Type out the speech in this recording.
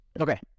Okay